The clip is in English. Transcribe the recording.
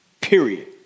Period